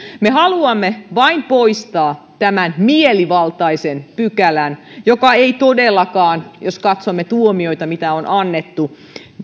me haluamme poistaa vain tämän mielivaltaisen pykälän joka ei todellakaan jos katsomme tuomioita mitä on annettu